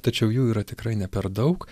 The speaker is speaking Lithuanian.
tačiau jų yra tikrai ne per daug